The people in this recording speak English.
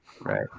Right